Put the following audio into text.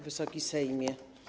Wysoki Sejmie!